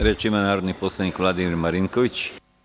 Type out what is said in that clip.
Reč ima narodni poslanik Vladimir Marinković.